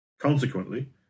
Consequently